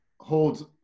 holds